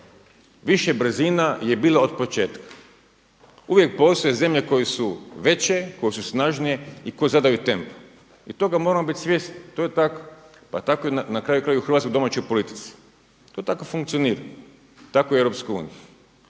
Više brzina je bilo od početka. Uvijek postoje zemlje koje su veće, koje su snažnije i koje zadaju tempo i toga moramo biti svjesni, to je tako, pa je tako na kraju krajeva i u hrvatskoj domaćoj politici, to tako i funkcionira. Tako i EU.